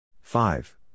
five